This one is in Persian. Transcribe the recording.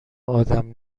ادم